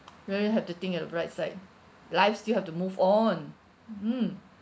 really have to think at the bright side life still have to move on mm